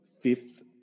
Fifth